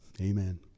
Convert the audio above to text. Amen